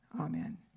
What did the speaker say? amen